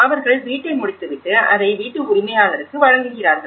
அவர்கள் வீட்டை முடித்துவிட்டு அதை வீட்டு உரிமையாளருக்கு வழங்குகிறார்கள்